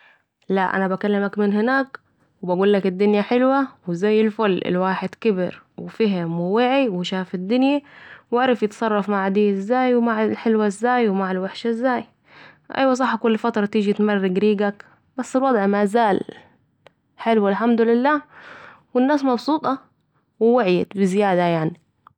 لأ أنا بكلمك من هناك و بقولك الدنيا حلوه و زي الفل الواحد كبر و فهم و وعي و شاف الدنيا وعرف يتصرف مع دي ازاي و مع الحلوه ازاي و مع الوحشية ازاي ايوة صح كل فترة تيجي تمرق ريقك بس الوضع مازال حلو الحمدلله ، و الناس مبسوطه و وعي بزيادة يعني